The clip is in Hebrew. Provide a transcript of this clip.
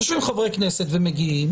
יושבים חברי כנסת ומגיעים.